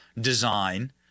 design